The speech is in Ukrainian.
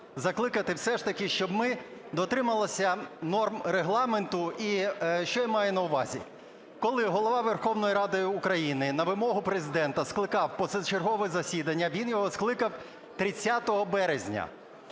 закликати все ж таки, щоб ми дотрималися норм Регламенту. І що я маю на увазі. Коли Голова Верховної Ради України на вимогу Президента скликав позачергове засідання, він його скликав 30 березня.